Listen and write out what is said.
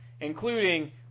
Including